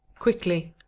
quickly.